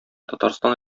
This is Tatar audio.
татарстан